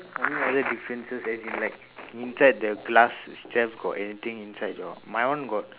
any other differences as in like inside the glass shelf got anything inside or not my one got